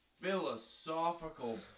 philosophical